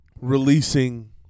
releasing